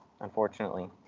unfortunately